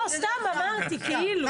לא, סתם, כאילו.